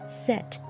set